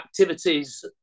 activities